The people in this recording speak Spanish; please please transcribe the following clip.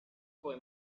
fue